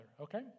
okay